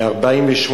מ-1948